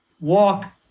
walk